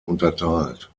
unterteilt